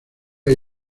hay